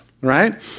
right